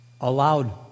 allowed